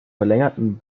verlängerten